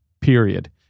Period